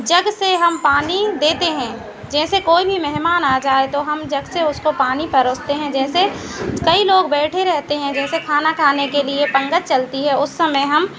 जग से हम पानी देते हैं जैसे कोई भी मेहमान आ जाए तो हम जग से उसको पानी परोसते हैं जैसे कई लोग बैठे रहते हैं जैसे खाना खाने के लिए पंगत चलती है उस समय हम